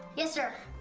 yes, sir!